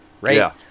right